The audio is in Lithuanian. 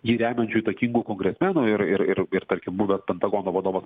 jį remiančių įtakingų kongresmenų ir ir ir ir tarkim buvęs pentagono vadovas